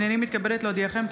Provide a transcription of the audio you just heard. הינני מתכבדת להודיעכם,